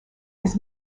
his